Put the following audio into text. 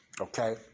okay